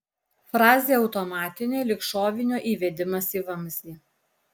frazė automatinė lyg šovinio įvedimas į vamzdį